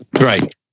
Right